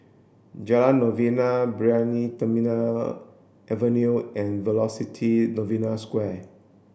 Jalan Novena Brani Terminal Avenue and Velocity Novena Square